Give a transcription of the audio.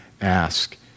ask